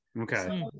Okay